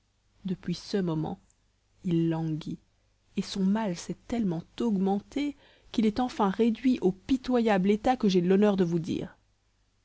depuis ce moment il languit et son mal s'est tellement augmenté qu'il est enfin réduit au pitoyable état que j'ai l'honneur de vous dire